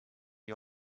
you